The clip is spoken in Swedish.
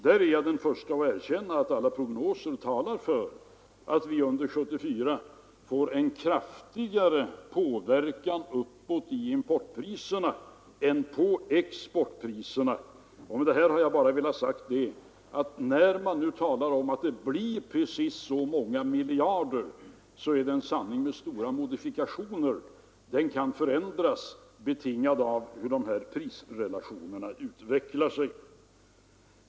Där är jag den förste att erkänna att alla prognoser talar för att vi under 1974 får en kraftigare påverkan uppåt på importpriserna än på exportpriserna. När man nu talar om att minskningen kommer att bli precis ett visst antal miljarder har jag velat framhålla att det är en sanning med stor modifikation. Den kan förändras beroende på hur prisrelationerna utvecklar sig.